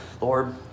Lord